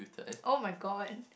oh-my-god